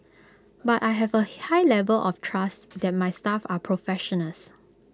but I have A high level of trust that my staff are professionals